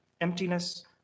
emptiness